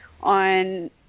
on